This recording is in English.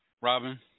Robin